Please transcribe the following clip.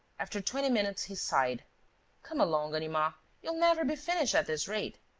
after twenty minutes, he sighed come along, ganimard you'll never be finished, at this rate.